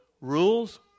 rules